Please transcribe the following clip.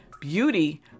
Beauty